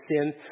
sin